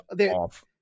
off